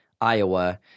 Iowa